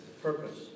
purpose